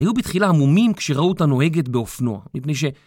היו בתחילה המומים כשראו אותה נוהגת באופנוע, מפני ש...